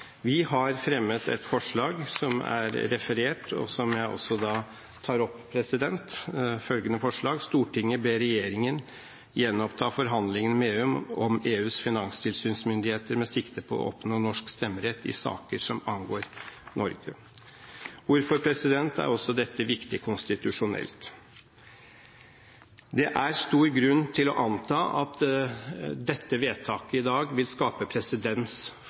Vi har fremmet et forslag som er referert, og som jeg også tar opp: «Stortinget ber regjeringen gjenoppta forhandlingene med EU om EUs finanstilsynsmyndigheter med sikte på å oppnå norsk stemmerett i saker som angår Norge.» Hvorfor er dette også viktig konstitusjonelt? Det er stor grunn til å anta at dette vedtaket i dag vil skape presedens